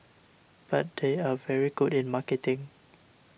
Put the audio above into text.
but they are very good in marketing